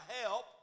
help